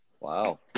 Wow